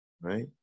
right